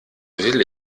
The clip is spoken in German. will